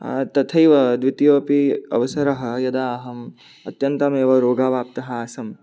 तथैव द्वितीयोऽपि अवसरः यदा अहं अत्यन्तमेव रोगावाप्तः आसम्